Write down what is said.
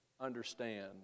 understand